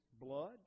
blood